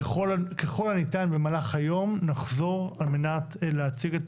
ככל הניתן במהלך היום נחזור על מנת להציג את